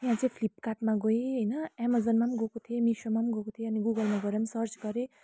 यहाँ चाहिँ फ्लिपकार्टमा गएँ होइन एमाजनमा गएको थिएँ मिसोमा गएको थिएँ अनि गुगलमा गएर सर्च गरेँ